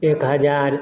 एक हजार